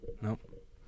Nope